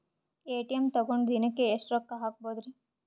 ATM ತಗೊಂಡ್ ದಿನಕ್ಕೆ ಎಷ್ಟ್ ರೊಕ್ಕ ಹಾಕ್ಬೊದ್ರಿ?